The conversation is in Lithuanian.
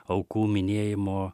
aukų minėjimo